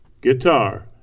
guitar